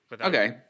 okay